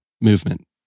movement